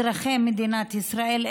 אזרחי מדינת ישראל,